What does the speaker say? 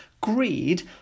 greed